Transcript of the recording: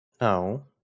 No